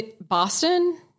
Boston